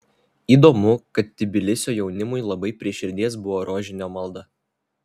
įdomu kad tbilisio jaunimui labai prie širdies buvo rožinio malda